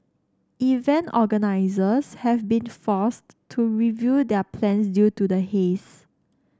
event organisers have been forced to review their plans due to the haze